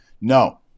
No